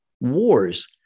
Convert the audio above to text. wars